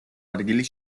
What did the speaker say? ადგილი